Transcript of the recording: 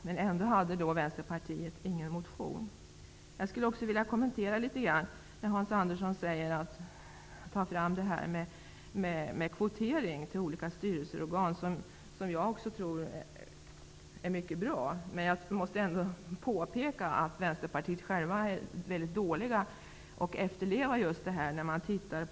Men ändå lade Vänsterpartiet inte fram någon motion. Jag vill också kommentera vad Hans Andersson sade om kvotering till olika styrelseorgan, vilket också jag tror är bra. Jag måste påpeka att Vänsterpartiet självt är dåligt på att efterleva detta.